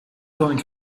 going